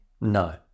No